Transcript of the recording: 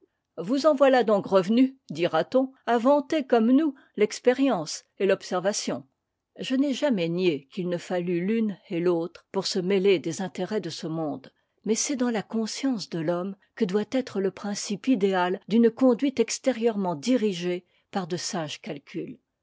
vous en voilà donc revenue dira-t-on à vanter comme nous l'expérience et l'observation je n'ai jamais nié qu'il ne fallût l'une et l'autre pour se mêler des intérêts de ce monde mais c'est dans la conscience de l'homme que doit être le principe idéal d'une conduite extérieurement dirigée par de sages calculs